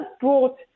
brought